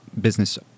business